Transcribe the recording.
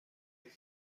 کردن